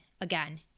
again